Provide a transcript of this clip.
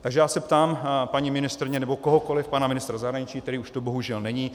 Takže se ptám paní ministryně , nebo kohokoli, pana ministra zahraničí, který už tu bohužel není,